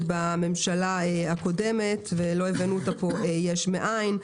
בממשלה הקודמת ולא הבאנו אותה לפה יש מאין.